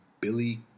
Billy